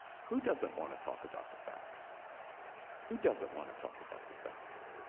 who doesn't want to talk about the facts who doesn't want to talk about the facts?